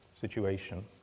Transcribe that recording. situation